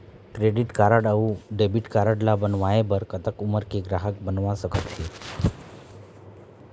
Credit card अऊ debit card ला बनवाए बर कतक उमर के ग्राहक बनवा सका थे?